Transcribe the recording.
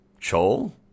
Chol